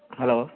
hello